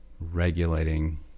regulating